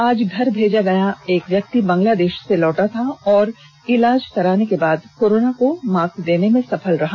आज घर भेजा गया एक व्यक्ति बांग्लादेश से लौटा था और इलाज कराने के बाद कोरोना को मात देने में सफल हुआ